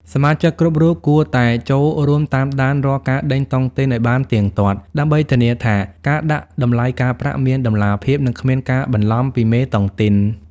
សមាជិកគ្រប់រូបគួរតែចូលរួមតាមដានរាល់ការដេញតុងទីនឱ្យបានទៀងទាត់ ដើម្បីធានាថាការដាក់តម្លៃការប្រាក់មានតម្លាភាព និងគ្មានការបន្លំពីមេតុងទីន។